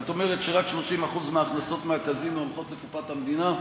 את אומרת שרק 30% מההכנסות מהקזינו הולכים לקופת המדינה.